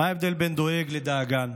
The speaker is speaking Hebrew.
מה ההבדל בין דואג לדאגן?